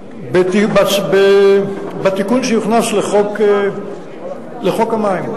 בתיקון שיוכנס לחוק המים,